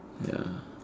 ya